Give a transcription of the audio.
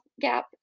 gap